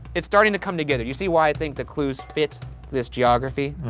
it's starting to come together. you see why i think the clues fit this geography?